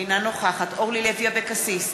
אינה נוכחת אורלי לוי אבקסיס,